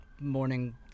morning